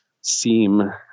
seem